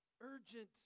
urgent